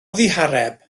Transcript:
ddihareb